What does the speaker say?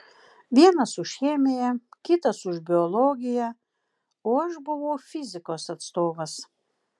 vienas už chemiją kitas už biologiją o aš buvau fizikos atstovas